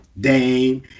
dame